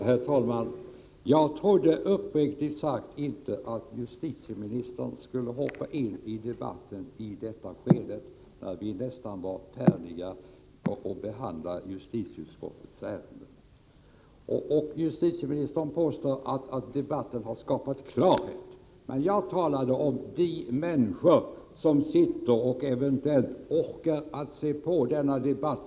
Herr talman! Jag trodde uppriktigt sagt inte att justitieministern skulle hoppa in i debatten i detta skede, när vi nästan är färdiga med debatten om justitieutskottets betänkande. Justitieministern påstår att debatten skapat klarhet. Jag talade om de människor som eventuellt orkar lyssna på hela denna debatt.